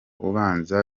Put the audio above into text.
ubanza